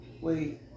wait